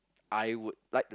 I would like to